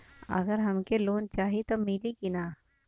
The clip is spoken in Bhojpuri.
अगर हमके लोन चाही त मिली की ना?